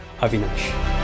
Avinash